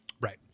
Right